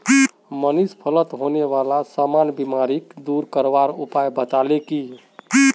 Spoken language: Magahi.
मनीष फलत होने बाला सामान्य बीमारिक दूर करवार उपाय बताल की